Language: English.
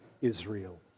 Israel